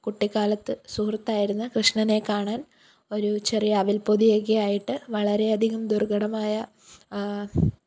കുട്ടിക്കാലത്ത് സുഹൃത്തായിരുന്ന കൃഷ്ണനെ കാണാന് ഒരു ചെറിയ അവില്പ്പൊതിയൊക്കെ ആയിട്ട് വളരെയധികം ദുര്ഘടമായ